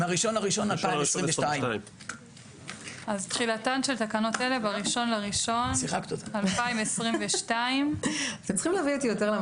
מה-1 בינואר 2022. אז תחילתן של תקנות אלה ב-1 בינואר 2022. כלומר,